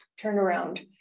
turnaround